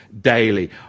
daily